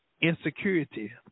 insecurity